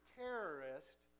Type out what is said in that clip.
terrorist